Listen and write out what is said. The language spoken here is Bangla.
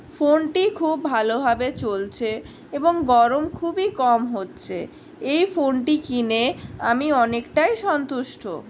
ফোনটি খুব ভালোভাবে চলছে এবং গরম খুবই কম হচ্ছে এই ফোনটি কিনে আমি অনেকটাই সন্তুষ্ট